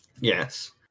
Yes